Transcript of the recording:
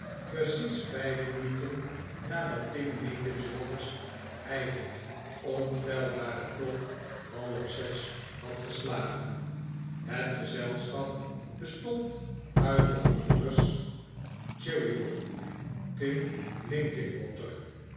precies vijf minuten nadat tim linkinwater's eigen onfeilbare klok half zes had geslagen het gezelschap bestond uit de gebroeders cheeryble tim